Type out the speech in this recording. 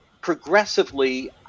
progressively